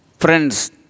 Friends